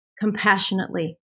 compassionately